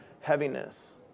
heaviness